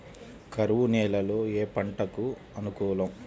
కరువు నేలలో ఏ పంటకు అనుకూలం?